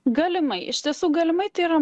galimai iš tiesų galima tai yra